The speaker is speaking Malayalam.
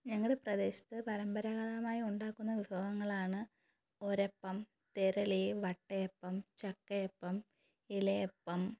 ഞങ്ങടെ പ്രദേശത്ത് പരമ്പരാഗതമായി ഉണ്ടാക്കുന്ന വിഭവങ്ങളാണ് ഒരപ്പം തെരളി വട്ടയപ്പം ചക്കയപ്പം ഇലയപ്പം